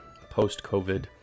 post-COVID